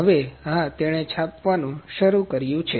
હવે હા તેણે છાપવાનું શરૂ કર્યું છે